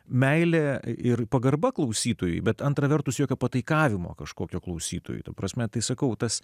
meilė ir pagarba klausytojui bet antra vertus jokio pataikavimo kažkokio klausytojui ta prasme tai sakau tas